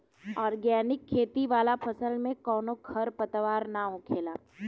organic खेती वाला फसल में कवनो खर पतवार ना होखेला